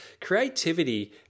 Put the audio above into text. creativity